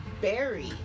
Barry